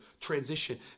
transition